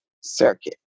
circuit